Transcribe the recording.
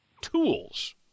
tools